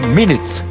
minutes